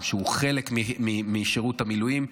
שהיא חלק משירות המילואים,